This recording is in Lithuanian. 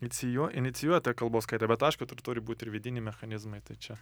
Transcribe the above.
inicijuo inicijuoja tą kalbos kaitą bet aišku dar turi būt ir vidiniai mechanizmai tai čia